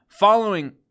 Following